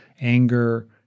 anger